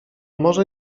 może